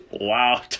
Wow